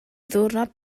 ddiwrnod